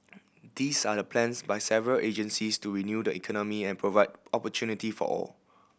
these are the plans by several agencies to renew the economy and provide opportunity for all